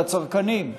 על הצרכנים.